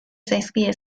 zaizkie